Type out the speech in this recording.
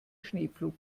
schneepflug